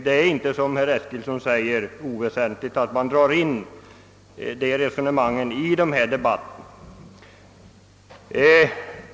Det är inte oväsentligt — vilket herr Eskilsson påstod — att dra in de resonemangen i debatten.